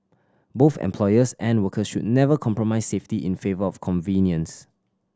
both employers and workers should never compromise safety in favour of convenience